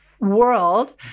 world